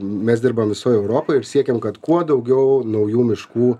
mes dirbam visoj europoj ir siekiame kad kuo daugiau naujų miškų